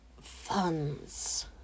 funds